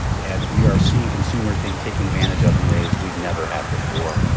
and we are seeing consumers being taken advantage of in ways we never have before.